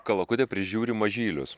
kalakutė prižiūri mažylius